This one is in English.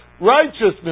Righteousness